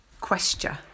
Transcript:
Question